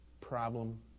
problem